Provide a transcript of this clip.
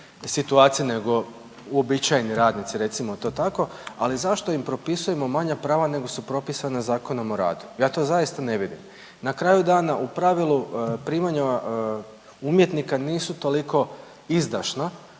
situaciji nego uobičajeni radnici recimo to tako, ali zašto im propisujemo manja prava nego su propisana Zakonom o radu, ja to zaista ne vidim. Na kraju dana u pravilu primanja umjetnika nisu toliko izdašna